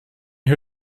her